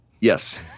Yes